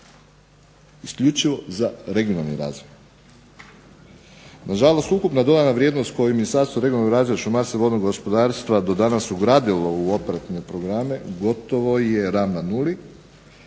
isključivo za regionalni razvoj. Nažalost, ukupna dodana vrijednost kojom je Ministarstvo regionalnog razvoja, šumarstva i vodnog gospodarstva do danas ugradilo u operativne programe je gotovo ravna nuli